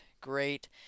great